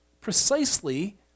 precisely